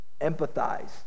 empathize